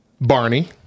Barney